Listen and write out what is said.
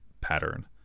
pattern